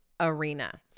arena